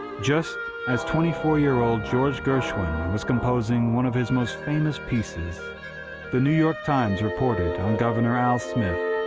just as twenty four year old george gershwin was composing one of his most famous pieces the new york times reported on governor al smith,